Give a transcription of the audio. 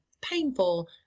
painful